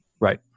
Right